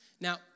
Now